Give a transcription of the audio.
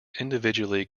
individually